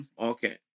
Okay